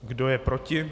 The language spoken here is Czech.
Kdo je proti?